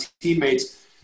teammates